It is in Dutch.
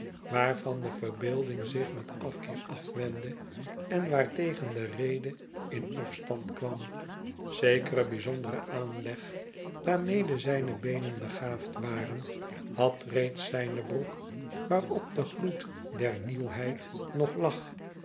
waarvan de verbeelding zich met afkeer afwendde en waartegen de rede in opstand kwam zekere bijzondere aanleg waarmede zijne beenen begaafd waren had reeds zijne broek waarop de gloed der nieuwheid nog lag